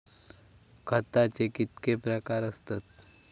खताचे कितके प्रकार असतत?